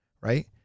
right